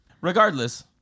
Regardless